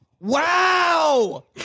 Wow